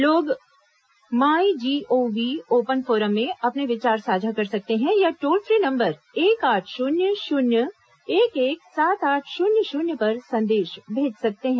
लोग my GOV open forum में अपने विचार साझा कर सकते हैं या टोल फ्री नम्बर एक आठ शुन्य शून्य एक एक सात आठ शून्य शून्य पर संदेश भेज सकते हैं